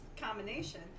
combination